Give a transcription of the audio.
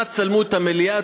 נא צלמו את המליאה,